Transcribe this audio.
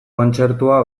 kontzertua